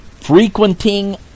frequenting